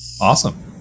Awesome